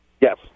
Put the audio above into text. Yes